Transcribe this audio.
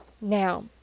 Now